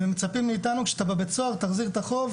ומצפים מאתנו כשאתה בבית סוהר תחזיר את החוב,